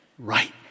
right